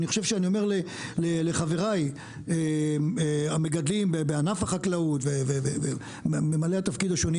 אני אומר שאני אומר לחברי המגדלים בענף החקלאות וממלאי התפקיד השונים